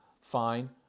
Fine